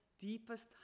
deepest